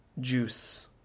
juice